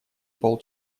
пол